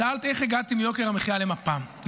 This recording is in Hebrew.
שאלת איך הגעתי מיוקר המחיה למפא"י,